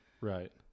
Right